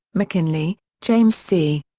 mckinley, james c.